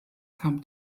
kam